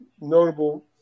notable